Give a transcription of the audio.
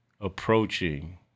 approaching